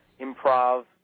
improv